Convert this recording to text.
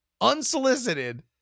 unsolicited